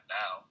now